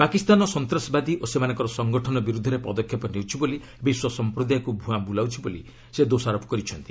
ପାକିସ୍ତାନ ସନ୍ତାସବାଦୀ ଓ ସେମାନଙ୍କର ସଙ୍ଗଠନ ବିରୁଦ୍ଧରେ ପଦକ୍ଷେପ ନେଉଛି ବୋଲି ବିଶ୍ୱ ସମ୍ପ୍ରଦାୟକୁ ଭୁଆଁ ବୁଲାଉଛି ବୋଲି ସେ ଦୋଷାରୋପ କରିଛନ୍ତି